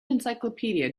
encyclopedia